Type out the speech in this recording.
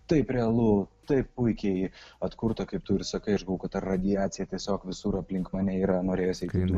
taip realu taip puikiai atkurta kaip tu ir sakai aš ta radiacija tiesiog visur aplink mane yra norėjosi gryno